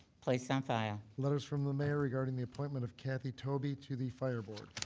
place on file. letters from the mayor regarding the appointment of cathy toby to the fire board.